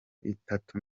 itatu